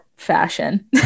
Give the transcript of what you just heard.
fashion